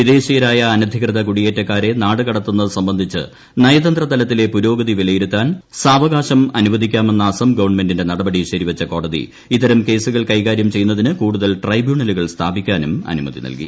വിദേശീയരായ അനധികൃത കുടിയേറ്റക്കാരെ നാടുകടത്തുന്നതു ബ്ലർബ്ബന്ധിച്ച് നയതന്ത്ര തലത്തിലെ പുരോഗതി വിലയിരുത്താൻ സാവകാശമനുഷ്ദ്രീക്കാമെന്ന അസം ഗവൺമെന്റിന്റെ നടപടി ശരിവച്ച കോടതി ഇത്തരം കേസൂക്കൾ ക്കെകാര്യം ചെയ്യുന്നതിന് കൂടുതൽ ട്രൈബ്യൂണലുകൾ സ്ഥാപിക്കാനും അനുമതി കൽകി